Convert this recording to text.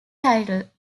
title